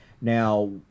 Now